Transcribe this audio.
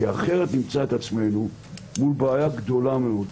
כי אחרת נמצא את עצמנו מול בעיה גדולה מאוד.